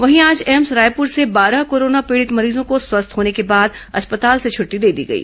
वहीं आज एम्स रायपूर से बारह कोरोना पीड़ित मरीजों को स्वस्थ होने के बाद अस्पताल से छुट्टी दे दी गई